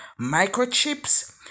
microchips